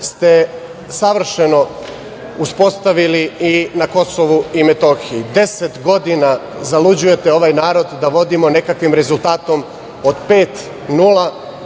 ste savršeno uspostavili i na Kosovu i na Metohiji. Deset godina zaluđujete ovaj narod da vodimo nekakvim rezultatom od 5:0,